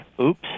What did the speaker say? oops